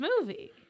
movie